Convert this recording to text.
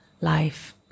life